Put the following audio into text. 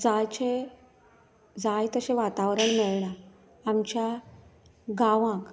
जाचे जाय तशें वातावरण मेळना आमच्या गांवांत